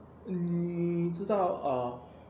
你知道 err